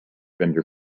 vendor